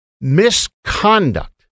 misconduct